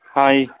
ਹਾਂਜੀ